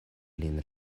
lin